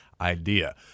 idea